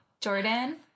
Jordan